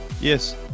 Yes